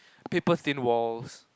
paper thin walls